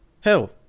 Hell